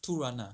突然 ah